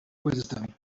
wisdom